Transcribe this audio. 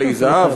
בעלי-זהב,